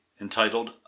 entitled